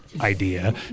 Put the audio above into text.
idea